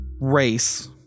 race